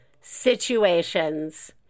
situations